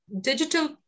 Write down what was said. digital